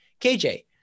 KJ